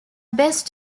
best